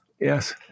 Yes